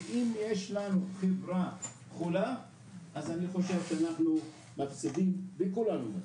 ואם יש לנו חברה חולה אז אני חושב שאנחנו מפסידים וכולנו מפסידים,